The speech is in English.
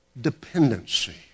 dependency